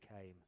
came